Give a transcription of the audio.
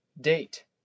date